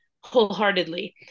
wholeheartedly